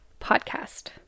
podcast